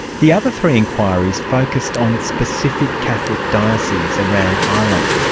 the other three inquiries focused on specific catholic dioceses around ireland,